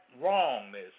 wrongness